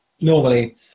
normally